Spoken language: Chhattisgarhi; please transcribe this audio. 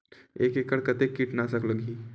एक एकड़ कतेक किट नाशक लगही?